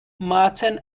merton